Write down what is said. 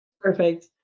Perfect